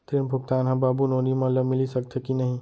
ऋण भुगतान ह बाबू नोनी मन ला मिलिस सकथे की नहीं?